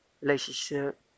relationship